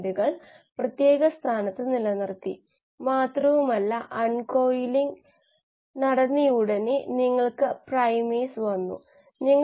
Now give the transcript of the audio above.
Sൽ നിന്നും Aയിലേക്ക് 100 Aൽ നിന്നും ബിയിൽ50 ഉം A യിൽ നിന്നും Cക്കു 50 ഉം Cയിൽ നിന്നും D 25 ഉം ആണ് C മുതൽ E വരെ ചില യൂണിറ്റുകളിൽ 25 ആണ് സമയത്തിന് മില്ലിമോളിൽ